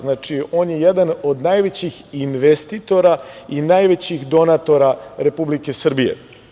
Znači, on je jedan od najvećih investitora i najvećih donatora Srbije.